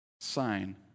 sign